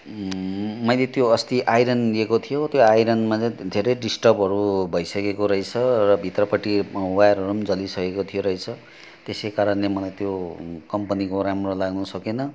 मैले त्यो अस्ति आइरन लिएको थियो त्यो आइरनमा चाहिँ धेरै डिस्टर्बहरू भइसकेको रहेछ र भित्रपट्टि वायरहरू पनि जलिसकेको थियो रहेछ त्यसै कारणले मलाई त्यो कम्पनीको राम्रो लाग्न सकेन